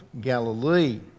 Galilee